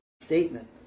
statement